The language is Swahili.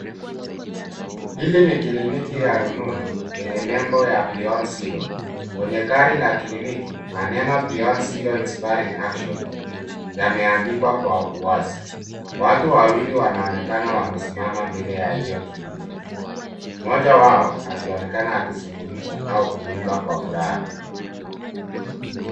Hili ni kliniki ya rununu yenye nembo ya Beyond Zero, kwenye gari la kliniki maneno Beyond Zero Inspiring Action yameandikwa kwa uwazi. Watu wawili wanaonekana wamesimama mbele ya hiyo kliniki. Mmoja wao akionekana akizungumza au kuimba kwa furaha.